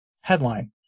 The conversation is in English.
Headline